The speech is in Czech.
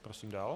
Prosím dál.